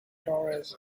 tories